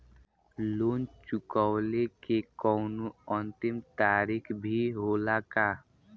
Loan चुकवले के कौनो अंतिम तारीख भी होला का?